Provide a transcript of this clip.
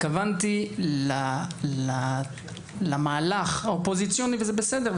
התכוונתי למהלך האופוזיציוני וזה בסדר,